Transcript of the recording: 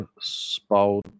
spout